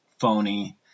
phony